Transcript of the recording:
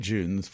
June